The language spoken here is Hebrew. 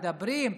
מדברים,